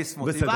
ביסמוט, הבנתי.